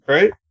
Right